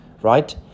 right